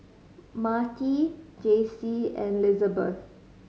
Marti Jaycie and Lizabeth